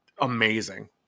amazing